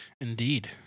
Indeed